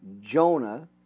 Jonah